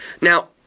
Now